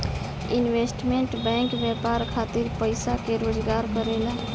investment bank व्यापार खातिर पइसा के जोगार करेला